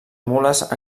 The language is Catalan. mules